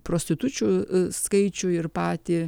prostitučių skaičių ir patį